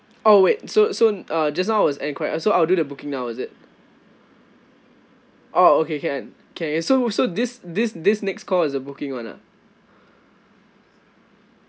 oh wait so so uh just now was enquire so I will do the booking now is it orh okay can can so so this this this next call is the booking [one] ah